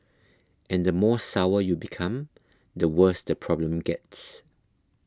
and the more sour you become the worse the problem gets